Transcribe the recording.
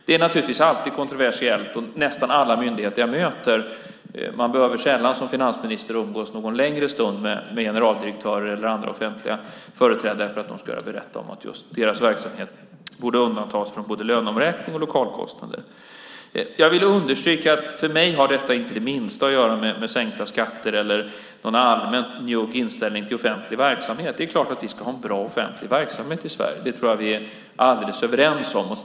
Det är naturligtvis alltid kontroversiellt och som finansminister behöver jag sällan umgås någon längre stund med generaldirektörer eller andra offentliga myndighetsföreträdare innan de berättar om att just deras verksamhet borde undantas från både löneomräkning och lokalkostnader. Jag vill understryka att för mig har detta inte det minsta att göra med sänkta skatter eller någon allmänt njugg inställning till offentlig verksamhet. Det är klart att vi ska ha en bra offentlig verksamhet i Sverige. Det är vi alldeles överens om.